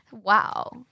Wow